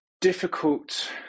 difficult